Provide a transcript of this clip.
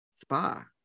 Spa